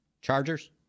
Chargers